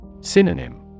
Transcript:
Synonym